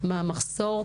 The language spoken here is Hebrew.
מה המחסור,